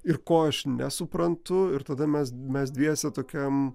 ir ko aš nesuprantu ir tada mes mes dviese tokiam